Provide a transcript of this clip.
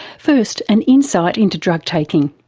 first, an insight into drug taking.